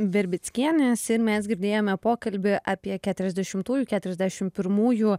virbickienės ir mes girdėjome pokalbį apie keturiasdešimtųjų keturiasdešim pirmųjų